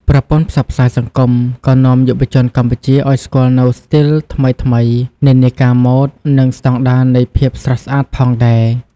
ប្រព័ន្ធផ្សព្វផ្សាយសង្គមក៏នាំយុវជនកម្ពុជាឱ្យស្គាល់នូវស្ទីលថ្មីៗ និន្នាការម៉ូដ និងស្តង់ដារនៃភាពស្រស់ស្អាតផងដែរ។